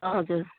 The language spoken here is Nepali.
हजुर